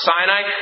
Sinai